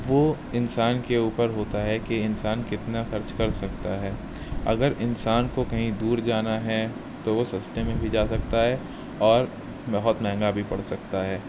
وہ انسان کے اوپر ہوتا ہے کہ انسان کتنا خرچ کر سکتا ہے اگر انسان کو کہیں دور جانا ہے تو وہ سستے میں بھی جا سکتا ہے اور بہت مہنگا بھی پڑ سکتا ہے